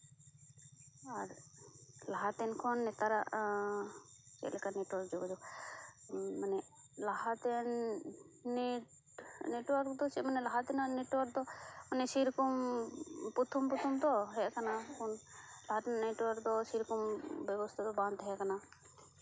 ᱟᱨ ᱞᱟᱦᱟ ᱛᱮᱱ ᱠᱷᱚᱱ ᱱᱮᱛᱟᱨᱟᱜ ᱪᱮᱫᱞᱮᱠᱟ ᱱᱮᱴᱚᱣᱟᱨᱠ ᱡᱳᱜᱟᱡᱳᱜᱽ ᱢᱟᱱᱮ ᱞᱟᱦᱟᱛᱮᱱ ᱱᱮᱴ ᱱᱮᱴᱚᱣᱟᱨᱠ ᱫᱚ ᱪᱮᱫᱞᱮᱟ ᱢᱟᱱᱮ ᱞᱟᱦᱟ ᱛᱮᱱᱟᱜ ᱱᱮᱴᱚᱣᱟᱨᱠ ᱫᱚ ᱥᱮᱨᱚᱠᱚᱢ ᱯᱨᱚᱛᱷᱚᱢ ᱯᱨᱚᱛᱷᱚᱢ ᱛᱚ ᱦᱮᱡ ᱟᱠᱟᱱᱟ ᱯᱷᱳᱱ ᱞᱟᱦᱟ ᱛᱮᱱᱟᱜ ᱱᱮᱴᱚᱣᱟᱨᱠ ᱫᱚ ᱥᱮᱨᱚᱠᱚᱢ ᱵᱮᱵᱚᱥᱛᱷᱟ ᱫᱚ ᱵᱟᱝ ᱛᱟᱦᱮᱸ ᱠᱟᱱᱟ